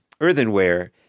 earthenware